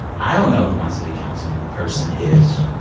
i don't know who my city council person is.